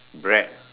bread